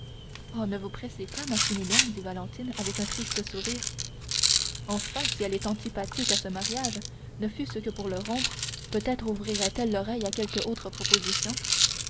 oh ne vous pressez pas maximilien dit valentine avec un triste sourire enfin si elle est antipathique à ce mariage ne fût-ce que pour le rompre peut-être ouvrirait elle l'oreille à quelque autre proposition